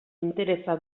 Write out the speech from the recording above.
interesa